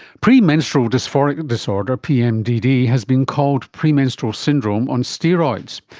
premenstrual dysphoric disorder, pmdd, has been called premenstrual syndrome on steroids.